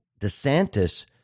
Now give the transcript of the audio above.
DeSantis